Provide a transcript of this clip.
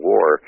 War